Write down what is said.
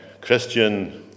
Christian